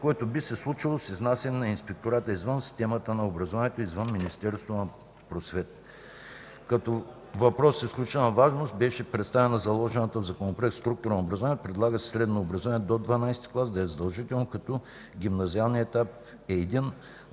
което би се случило с изнасяне на Инспектората извън системата на образованието, извън Министерството на просветата. Като въпрос с изключителна важност беше представена заложената в Законопроекта структура на образованието. Предлага се средното образование до ХІІ клас да е задължително, като гимназиалният етап е един